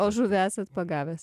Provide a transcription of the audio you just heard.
o žuvį esat pagavęs